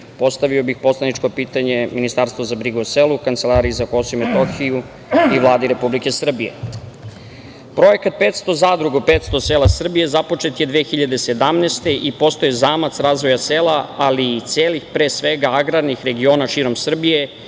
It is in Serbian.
postavio bi poslaničko pitanje Ministarstvu za brigu o selu, Kancelariji za Kosovo i Metohiju i Vladi Republike Srbije. Projekat „500 zadruga u 500 sela Srbije„ započet je 2017. godine, i postaje zamac razvoja sela, ali i celih agrarnih regiona širom Srbije,